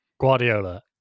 Guardiola